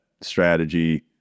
strategy